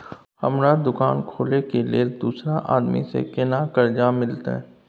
हमरा दुकान खोले के लेल दूसरा आदमी से केना कर्जा मिलते?